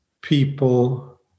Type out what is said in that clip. people